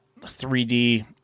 3D